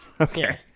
Okay